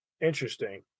interesting